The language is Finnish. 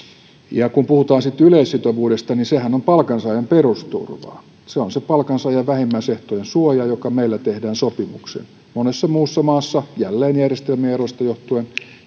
kun puhutaan sitten yleissitovuudesta niin sehän on palkansaajan perusturvaa se on se palkansaajan vähimmäisehtojen suoja joka meillä tehdään sopimuksin monessa muussa maassa jälleen järjestelmien eroista johtuen